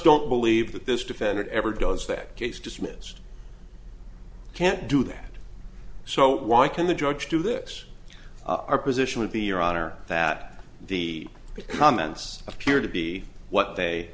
don't believe that this defendant ever does that case dismissed can't do that so why can the judge do this our position would be your honor that the comments appear to be what they